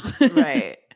Right